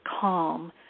calm